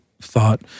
thought